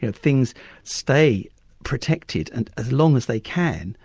and things stay protected and as long as they can,